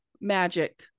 magic